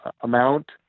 amount